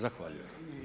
Zahvaljujem.